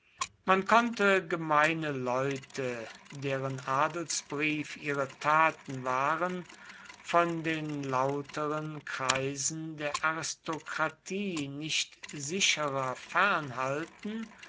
man konnte gemeine leute deren adelsbrief ihre taten waren von den lauteren kreisen der aristokratie nicht sicherer fern